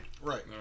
Right